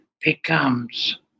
becomes